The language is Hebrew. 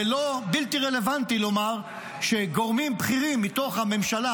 ולא בלתי רלוונטי לומר שגורמים בכירים מתוך הממשלה